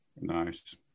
Nice